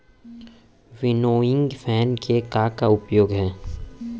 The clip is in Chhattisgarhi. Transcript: विनोइंग फैन के का का उपयोग हे?